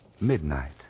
midnight